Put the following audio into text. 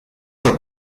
por